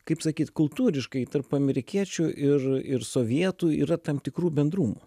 kaip sakyt kultūriškai tarp amerikiečių ir ir sovietų yra tam tikrų bendrumų